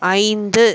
ஐந்து